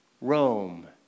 Rome